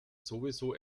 sowieso